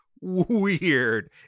weird